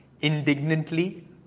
Indignantly